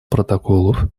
протоколов